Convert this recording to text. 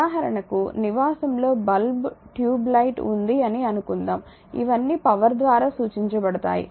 ఉదాహరణకు నివాసంలో bulb tube light వుంది అని అనుకుందాం ఇవన్నీ పవర్ ద్వారా సూచించబడుతాయి